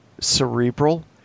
cerebral